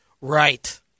Right